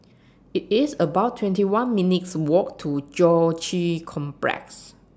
IT IS about twenty one minutes' Walk to Joo Chiat Complex